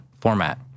format